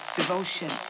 devotion